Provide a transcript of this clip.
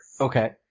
Okay